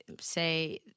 say